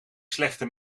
slechte